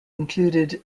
included